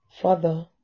Father